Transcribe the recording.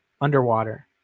underwater